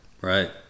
Right